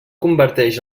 converteix